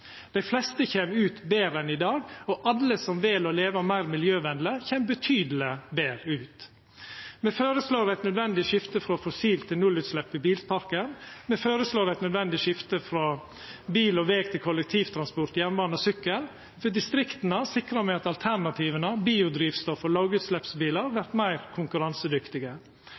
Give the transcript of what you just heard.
Dei fleste kjem betre ut enn i dag, og alle som vel å leva meir miljøvenleg, kjem betydeleg betre ut. Me føreslår eit nødvendig skifte frå fossilt til nullutslepp i bilparken. Me føreslår eit nødvendig skifte frå bil og veg til kollektivtransport, jernbane og sykkel. For distrikta sikrar me at alternativa, biodrivstoff og lågutsleppsbilar, vert meir konkurransedyktige.